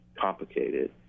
complicated